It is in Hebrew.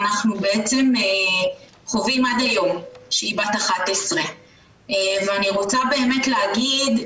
אנחנו בעצם חווים עד היום כשהיא בת 11. אני רוצה באמת להגיד,